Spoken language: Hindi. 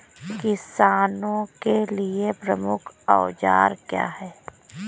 किसानों के लिए प्रमुख औजार क्या हैं?